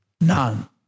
none